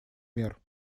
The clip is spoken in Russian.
мер